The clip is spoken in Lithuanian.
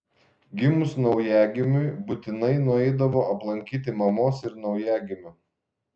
gimus naujagimiui būtinai nueidavo aplankyti mamos ir naujagimio